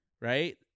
Right